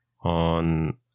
on